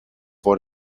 what